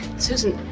susan,